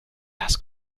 das